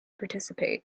participate